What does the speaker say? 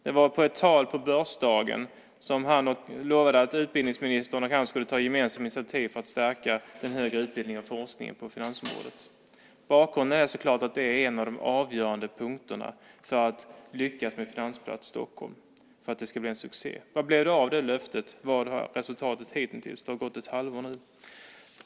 Det var i ett tal på börsdagen som han lovade att utbildningsministern och han skulle ta gemensamma initiativ för att stärka den högre utbildningen och forskningen på finansområdet. Detta är en av de avgörande punkterna för att man ska lyckas med Finansplats Stockholm, så att det ska bli en succé. Vad blev det av det löftet? Vad är resultatet hittills? Det har gått ett halvår nu.